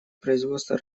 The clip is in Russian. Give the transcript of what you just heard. производства